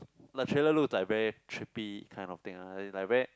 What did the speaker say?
the trailer looked like very trippy kind of thing ah it's like very